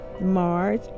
Mars